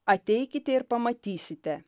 ateikite ir pamatysite